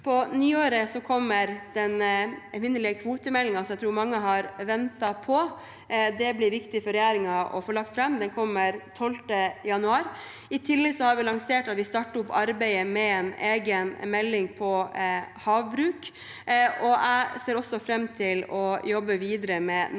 På nyåret kommer den evinnelige kvotemeldingen som jeg tror mange har ventet på. Den blir det viktig for regjeringen å få lagt fram. Den kommer 12. januar. I tillegg har vi lansert at vi starter opp arbeidet med en egen melding om havbruk. Jeg ser også fram